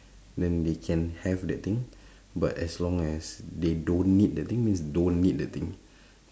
then they can have that thing but as long as they don't need the thing means don't need the thing